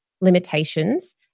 limitations